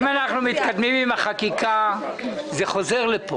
אם אנחנו מתקדמים בחקיקה זה יחזור לפה.